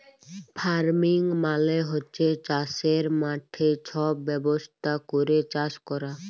farming মালে হছে চাষের মাঠে ছব ব্যবস্থা ক্যইরে চাষ ক্যরা